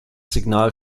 signal